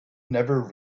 never